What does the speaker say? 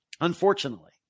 unfortunately